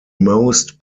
most